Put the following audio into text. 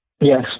Yes